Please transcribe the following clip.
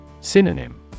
Synonym